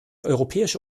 europäische